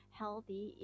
healthy